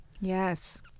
yes